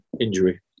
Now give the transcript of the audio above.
injury